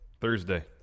Thursday